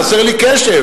חסר לי קשב.